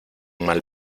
mal